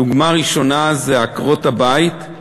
דוגמה ראשונה היא עקרות-הבית,